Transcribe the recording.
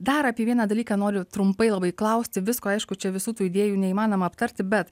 dar apie vieną dalyką noriu trumpai labai klausti visko aišku čia visų tų idėjų neįmanoma aptarti bet